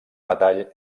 metall